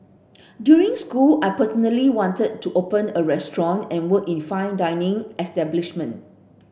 during school I personally wanted to open a restaurant and work in fine dining establishment